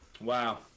Wow